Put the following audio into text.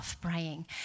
praying